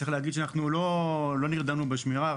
צריך להגיד שאנחנו לא נרדמנו בשמירה,